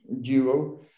duo